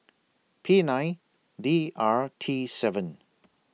P nine D R T seven